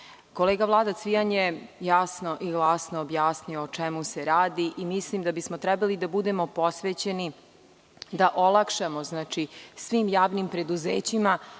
zakonu. Kolega Vlada Cvijan je jasno i glasno objasnio o čemu se radi i mislim da bismo trebali da budemo posvećeni, da olakšamo svim javnim preduzećima,